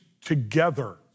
together